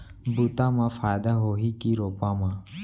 बुता म फायदा होही की रोपा म?